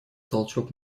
толчок